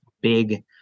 big